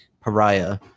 Pariah